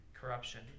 Corruption